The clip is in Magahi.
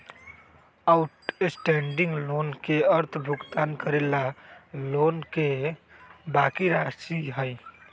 आउटस्टैंडिंग लोन के अर्थ भुगतान करे ला लोन के बाकि राशि हई